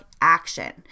action